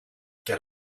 get